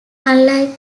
unlike